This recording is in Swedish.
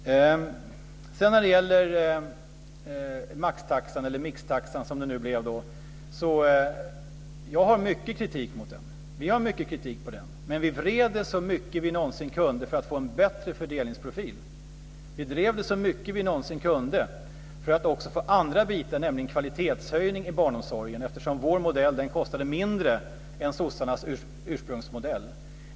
När det gäller maxtaxan eller mixtaxan som det blev har vi mycket kritik mot den. Men vi vred förslaget så mycket vi någonsin kunde för att få en bättre fördelningsprofil. Vi drev det så mycket vi någonsin kunde för att också få andra saker, nämligen en kvalitetshöjning i barnomsorgen, eftersom vår modell kostade mindre än sossarnas ursprungsmodell.